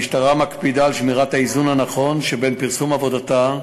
המשטרה מקפידה על שמירת האיזון הנכון בין פרסום עבודתה,